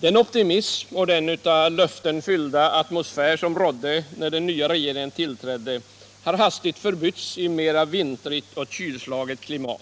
Den optimism och den av löften fyllda atmosfär som rådde när den nya regeringen tillträdde har hastigt förbytts i ett mera vintrigt och kylslaget klimat.